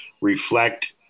reflect